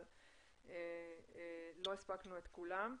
אבל לא הספקנו את כולם.